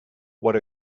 what